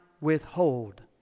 withhold